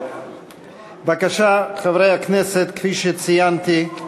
בבקשה, חברי הכנסת, כפי שציינתי,